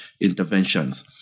interventions